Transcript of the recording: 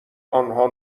آنها